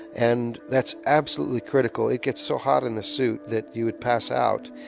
and that's absolutely critical, it gets so hot in the suit that you would pass out.